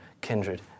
kindred